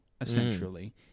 essentially